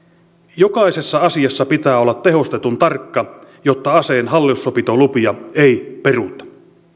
jokaisessa asiassa pitää olla tehostetun tarkka jotta aseen hallussapitolupia ei peruta